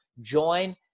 join